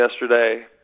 yesterday